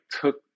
took